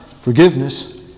forgiveness